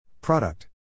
Product